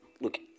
look